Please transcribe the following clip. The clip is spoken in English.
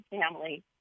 family